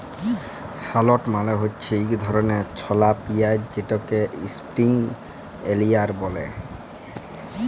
shallot মালে হছে ইক ধরলের ছলা পিয়াঁইজ যেটাকে ইস্প্রিং অলিয়াল ব্যলে